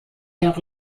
jahre